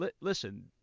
listen—